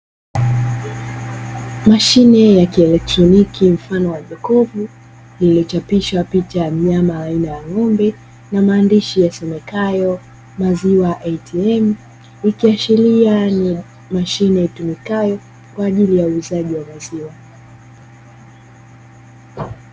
Mashine ya kielekitroniki mfano wa jokofu, iliyochapishwa picha ya mnyama wa aina ya ng'ombe na maandishi yasomekayo maziwa ATM, ikiashiria ni mashine itumikayo kwa ajili ya uuzaji wa maziwa.